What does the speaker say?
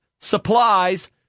supplies